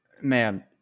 man